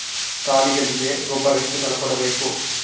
ತಳಿಗಳಿಗೆ ಗೊಬ್ಬರ ಎಷ್ಟು ಸಲ ಕೊಡಬೇಕು?